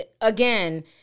again